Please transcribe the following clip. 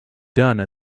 done